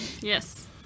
Yes